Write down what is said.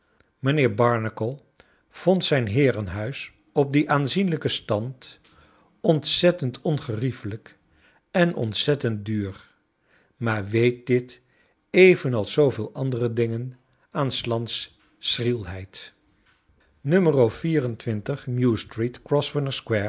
mijnheer barnacle vond zijn heerenhuis op dien aanzienlijken stand ontzettend ongeriefelijk en ontzettend duur maar weet dit evenals zooveel andere dingen aan s lands schrielheid